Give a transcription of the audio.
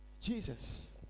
Jesus